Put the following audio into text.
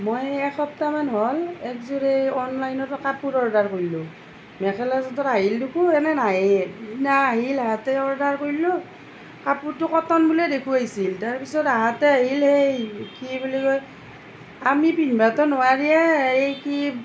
মই এসপ্তাহমান হ'ল একযোৰ এই অনলাইনত কাপোৰ অৰ্ডাৰ কৰিলোঁ মেখেলা চাদৰ আহিল দেখোন এনে নাহে আহিল তাতে অৰ্ডাৰ কৰিলোঁ কাপোৰটো কটন বুলিয়ে দেখোৱাইছিল তাৰ পিছত আহোঁতে আহিল এই কি বুলি কয় আমি পিন্ধিবটো নোৱাৰিয়েই এই কি